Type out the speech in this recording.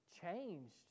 changed